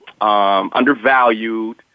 undervalued